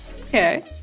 Okay